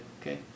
okay